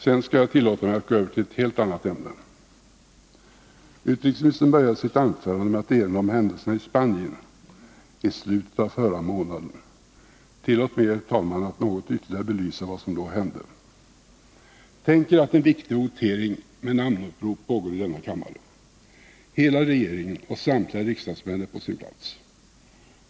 Sedan skall jag tillåta mig att gå över till ett helt annat ämne. Utrikesministern började sitt anförande med att erinra om händelserna i Spanien i slutet av förra månaden. Tillåt mig, herr talman, att något ytterligare belysa vad som då hände. Tänk er att en viktig votering med namnupprop pågår i denna kammare. Hela regeringen och samtliga riksdagsmän är på sina platser.